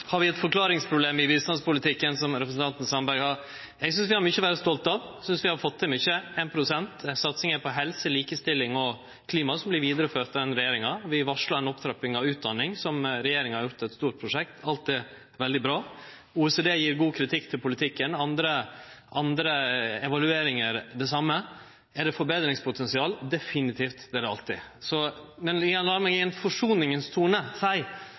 har vi eit forklaringsproblem i bistandspolitikken, som representanten Sandberg sa. Eg synest vi har mykje å vere stolte av, eg synest vi har fått til mykje, med 1 pst. til satsing på helse, likestilling og klima, som vert vidareført av denne regjeringa. Vi varsla ei opptrapping av utdanning, som regjeringa har gjort til eit stort prosjekt. Alt er veldig bra. OECD gjev god kritikk til politikken – andre evalueringar, det same. Er det eit forbetringspotensial? – Definitivt, det er det alltid. Men lat meg i ein forsonande tone